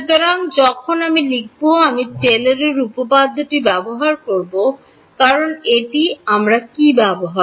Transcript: সুতরাং যখন আমি লিখব আমি টেলরের উপপাদ্যটি ব্যবহার করব কারণ এটি আমরা কি ব্যবহার